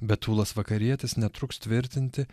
bet tūlas vakarietis netruks tvirtinti